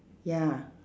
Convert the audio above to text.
ya